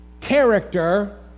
character